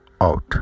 out